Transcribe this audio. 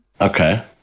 Okay